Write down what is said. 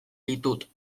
ditut